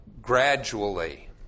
gradually